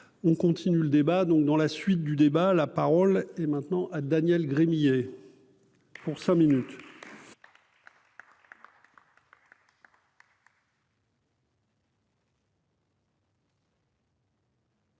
on continue le débat donc dans la suite du débat, la parole est maintenant à Daniel Gremillet pour cinq minutes.